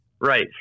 Right